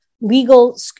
legal